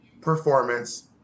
Performance